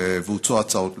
והוצעו ההצעות לסדר-היום.